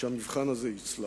שהמבחן הזה יצלח.